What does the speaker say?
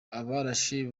abarashe